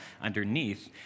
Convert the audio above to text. underneath